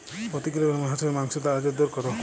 প্রতি কিলোগ্রাম হাঁসের মাংসের বাজার দর কত?